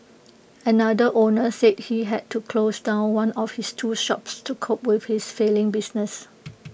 another owner said he had to close down one of his two shops to cope with his failing business